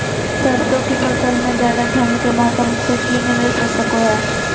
सरसों की फसल में ज्यादा ठंड के मौसम से की निवेस हो सको हय?